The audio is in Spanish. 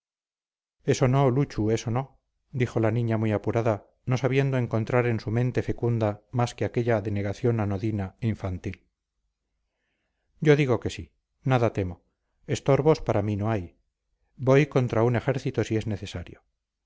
eso no luchu eso no dijo la niña muy apurada no sabiendo encontrar en su mente fecunda más que aquella denegación anodina infantil yo digo que sí nada temo estorbos para mí no hay voy contra un ejército si es necesario